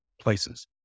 places